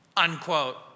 unquote